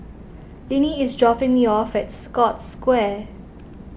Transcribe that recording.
Linnie is dropping me off at Scotts Square